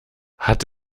hat